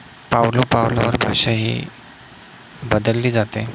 पावलोपावलावर भाषा ही बदलली जाते